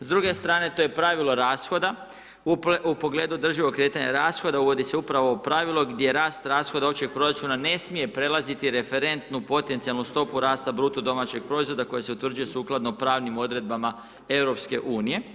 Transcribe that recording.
S druge strane to je pravilo rashoda u pogledu održivog kretanja rashoda, uvodi se upravo ovo pravilo, gdje rast rashoda općeg proračuna ne smije prelaziti referentnu protunacionalnu stopu rasta BDP-a koji se utvrđuje sukladno pravnim odredbama EU.